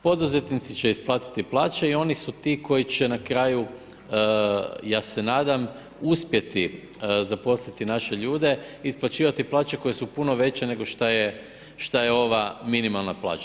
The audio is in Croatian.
Poduzetnici će isplatiti plaće i oni su ti koji će na kraju, ja se nadam uspjeti zaposliti naše ljude isplaćivati plaće koje su puno veće nego šta je, šta je ova minimalna plaća.